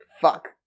fuck